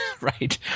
right